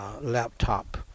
laptop